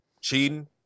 cheating